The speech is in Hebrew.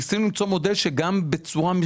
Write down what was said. ניסינו למצוא מודל שנוכל לשקף,